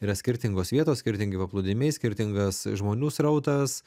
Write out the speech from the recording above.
yra skirtingos vietos skirtingi paplūdimiai skirtingas žmonių srautas